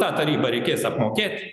tą tarybą reikės apmokėt